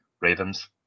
Ravens